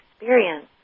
experience